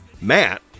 Matt